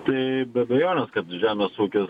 tai be abejonės kad žemės ūkis